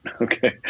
Okay